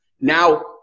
Now